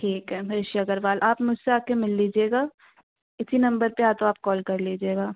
ठीक है ऋषि अग्रवाल आप मुझसे आ कर मिल लीजिएगा इसी नम्बर पर या तो आप कॉल कर लीजिएगा